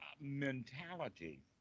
mentality